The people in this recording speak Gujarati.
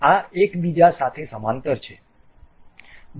આ એકબીજા સાથે સમાંતર છે